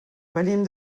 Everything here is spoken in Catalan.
venim